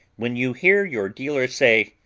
when you hear your dealer say,